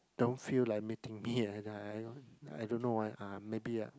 don't feel like meeting me and I I I don't I don't know why ah maybe ah